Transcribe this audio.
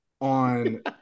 on